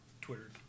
Twitter